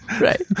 right